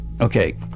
Okay